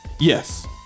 Yes